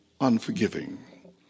unforgiving